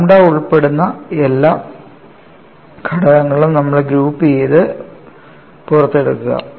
lambda ഉൾപ്പെടുന്ന എല്ലാ ഘടകങ്ങളും നമ്മൾ ഗ്രൂപ്പുചെയ്ത് പുറത്തെടുക്കുക